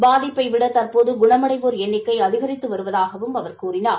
பாதிப்பைவிட தற்போது குணமடைவோர் எண்ணிக்கை அதிகரித்து வருவதாகவும் அவர் கூறினார்